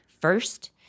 first